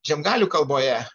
žiemgalių kalboje